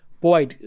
boy